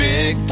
Big